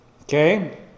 okay